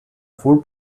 food